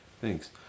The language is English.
Thanks